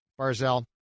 Barzell